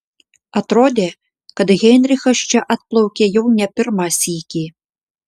atrodė kad heinrichas čia atplaukia jau ne pirmą sykį